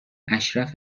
اشرف